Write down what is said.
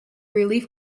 relief